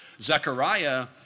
Zechariah